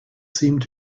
seemed